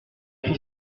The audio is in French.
cri